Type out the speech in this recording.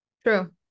True